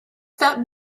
that